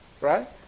right